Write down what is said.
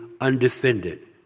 undefended